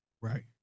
Right